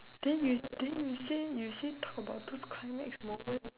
then you then you say you say talk about those climax moment